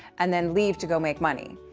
and then leave to go make money.